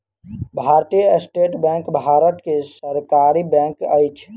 भारतीय State Bank Bharat के सरकारी बैंक अछि